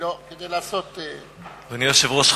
אדוני היושב-ראש,